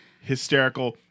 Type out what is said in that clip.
hysterical